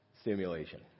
stimulation